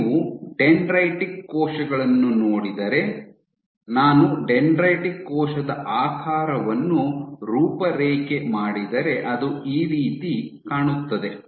ನೀವು ಡೆಂಡ್ರೈಟಿಕ್ ಕೋಶಗಳನ್ನು ನೋಡಿದರೆ ನಾನು ಡೆಂಡ್ರೈಟಿಕ್ ಕೋಶದ ಆಕಾರವನ್ನು ರೂಪರೇಖೆ ಮಾಡಿದರೆ ಅದು ಈ ರೀತಿ ಕಾಣುತ್ತದೆ